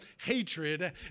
hatred